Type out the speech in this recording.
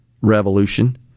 revolution